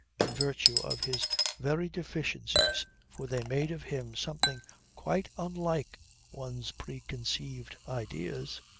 in virtue of his very deficiencies for they made of him something quite unlike one's preconceived ideas.